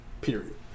Period